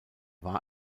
war